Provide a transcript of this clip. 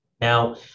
Now